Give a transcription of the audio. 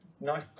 nice